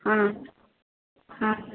ହଁ ହଁ